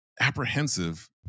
apprehensive